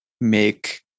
make